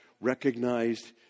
recognized